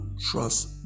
trust